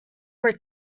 were